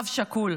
אב שכול.